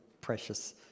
precious